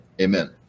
Amen